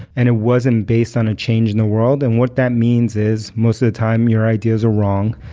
and it wasn't based on a change in the world. and what that means is most of the time, your ideas are wrong,